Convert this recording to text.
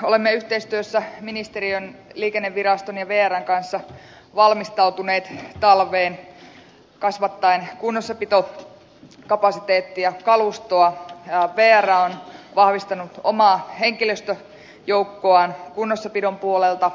olemme yhteistyössä ministeriön liikenneviraston ja vrn kanssa valmistautuneet talveen kasvattaen kunnossapitokapasiteettia kalustoa ja vr on vahvistanut omaa henkilöstöjoukkoaan kunnossapidon puolelta